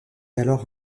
alors